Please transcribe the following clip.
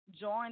join